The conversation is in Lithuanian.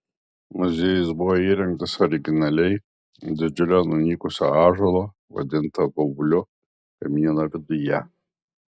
muziejus buvo įrengtas originaliai didžiulio nunykusio ąžuolo vadinto baubliu kamieno viduje